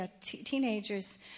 Teenagers